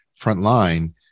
frontline